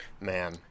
man